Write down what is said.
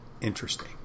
interesting